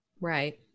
Right